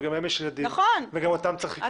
וגם להם יש ילדים וגם אותם צריך לקלוט אני חושב.